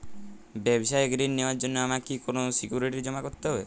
ব্যাবসায়িক ঋণ নেওয়ার জন্য আমাকে কি কোনো সিকিউরিটি জমা করতে হবে?